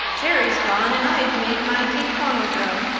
jerry's gone and i've made my cake long ago.